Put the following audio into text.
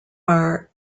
are